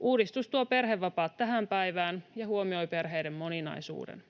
Uudistus tuo perhevapaat tähän päivään ja huomioi perheiden moninaisuuden.